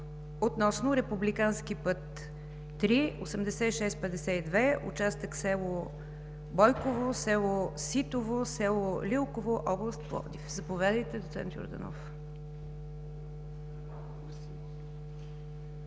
относно републикански път III-862, участък село Бойково – село Ситово – село Лилково, област Пловдив. Заповядайте, доцент Йорданов.